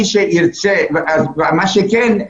מה שכן,